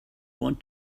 want